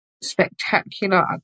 spectacular